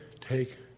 take